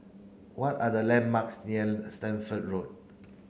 what are the landmarks near Stamford Road